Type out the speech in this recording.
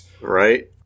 Right